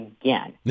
again